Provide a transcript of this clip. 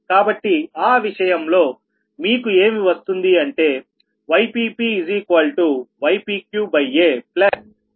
కాబట్టి ఆ విషయంలో మీకు ఏమి వస్తుంది అంటే Yppypqaa 1aypq